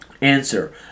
Answer